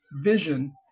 vision